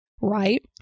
right